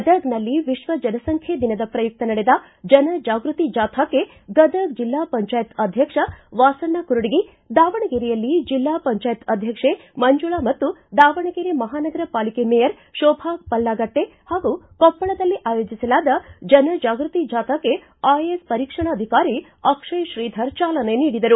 ಗದಗನಲ್ಲಿ ವಿಶ್ವ ಜನಸಂಖ್ಯೆ ದಿನದ ಪ್ರಯುಕ್ತ ನಡೆದ ಜನ ಜಾಗೃತಿ ಜಾಥಾಕ್ಕೆ ಗದಗ ಜಿಲ್ಲಾ ಪಂಚಾಯತ್ ಅಧ್ಯಕ್ಷ ವಾಸಣ್ಣ ಕುರಡಗಿ ದಾವಣಗೆರೆಯಲ್ಲಿ ಜಿಲ್ಲಾ ಪಂಚಾಯತ್ ಅಧ್ಯಕ್ಷೆ ಮಂಜುಳ ಮತ್ತು ದಾವಣಗೆರೆ ಮಹಾನಗರ ಪಾಲಿಕೆ ಮೇಯರ್ ಶೋಭಾ ಪಲ್ಲಾಗಟ್ಟೆ ಹಾಗೂ ಕೊಪ್ಪಳದಲ್ಲಿ ಆಯೋಜಿಸಲಾದ ಜನಜಾಗೃತಿ ಜಾಥಾಕ್ಕೆ ಐಎಎಸ್ ಪರೀಕ್ಷಣಾಧಿಕಾರಿ ಅಕ್ಷಯ್ ಶ್ರೀಧರ್ ಜಾಲನೆ ನೀಡಿದರು